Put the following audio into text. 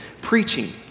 preaching